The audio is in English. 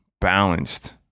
balanced